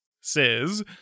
says